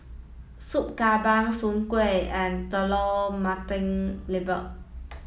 Soup Kambing Soon Kway and Telur Mata Lembu